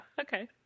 Okay